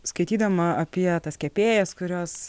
skaitydama apie tas kepėjas kurios